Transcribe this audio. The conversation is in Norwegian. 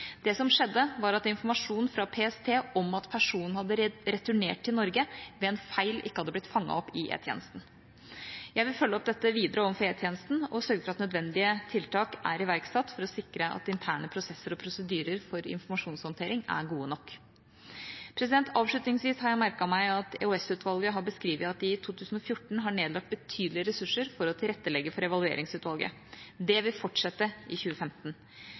Det som skjedde, var at informasjon fra PST om at personen hadde returnert til Norge, ved en feil ikke hadde blitt fanget opp i E-tjenesten. Jeg vil følge opp dette videre overfor E-tjenesten og sørge for at nødvendige tiltak er iverksatt for å sikre at interne prosesser og prosedyrer for informasjonshåndtering er gode nok. Avslutningsvis har jeg merket meg at EOS-utvalget har beskrevet at de i 2014 har nedlagt betydelige ressurser for å tilrettelegge for evalueringsutvalget. Det vil fortsette i 2015.